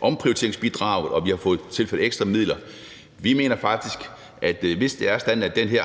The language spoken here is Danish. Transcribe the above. omprioriteringsbidrag, og at vi har fået tilført ekstra midler. Vi mener faktisk, at hvis det er sådan, at den her